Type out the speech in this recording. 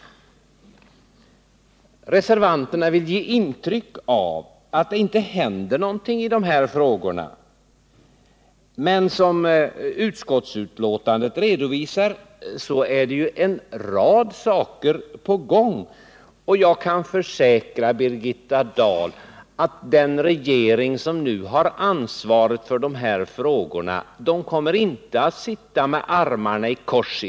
Reservanterna vill ge intryck av att det inte händer någonting i dessa frågor. Men som redovisas i civilutskottets betänkande är en rad saker på gång. Jag kan försäkra Birgitta Dahl att den regering som nu har ansvaret för dessa frågor inte kommer att sitta med armarna kors.